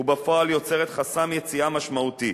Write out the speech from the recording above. ובפועל יוצרת חסם יציאה משמעותי.